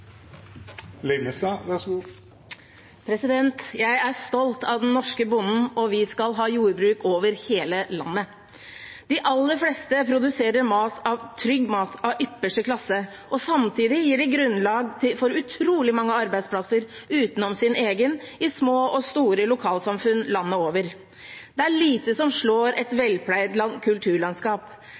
vi skal ha jordbruk over hele landet. De aller fleste produserer trygg mat av ypperste klasse. Samtidig gir de grunnlag for utrolig mange arbeidsplasser utenom sin egen, i små og store lokalsamfunn landet over. Det er lite som slår et velpleid kulturlandskap.